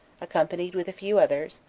accompanied with a few others,